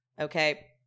Okay